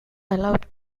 allowed